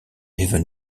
even